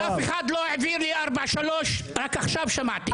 אף אחד לא העביר לי ארבעה-שלושה, רק עכשיו שמעתי.